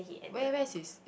where where is his